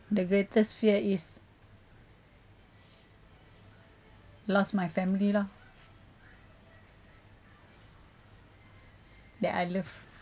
the greatest fear is lost my family loh that I love